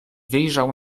wyjrzał